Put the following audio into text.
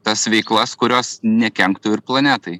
tas veiklas kurios nekenktų ir planetai